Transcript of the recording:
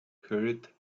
hurried